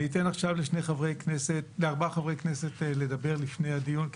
אתן עכשיו לארבעה חברי כנסת לדבר לפני הדיון כי